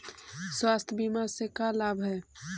स्वास्थ्य बीमा से का लाभ है?